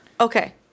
Okay